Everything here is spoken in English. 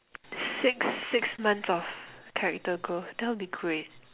six six months of character growth that'll be great